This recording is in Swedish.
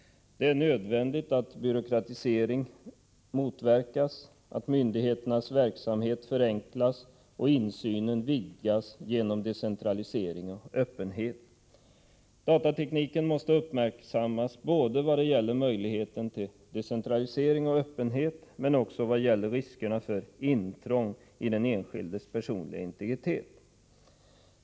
Det är nödvändigt att byråkratisering motverkas, myndigheternas verksamhet förenklas och insynen vidgas genom decentralisering och öppenhet. Datatekniken måste uppmärksammas både vad gäller möjligheten till decentralisering och öppenhet och vad gäller riskerna för intrång i den enskildes personliga integritet.